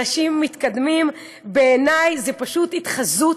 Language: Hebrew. אנשים מתקדמים, בעיני זו פשוט התחזות.